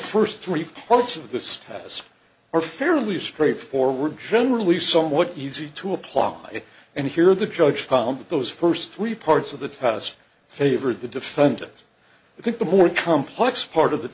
first three parts of the status are fairly straightforward generally somewhat easy to apply and here the judge found that those first three parts of the house favored the defendant i think the more complex part of the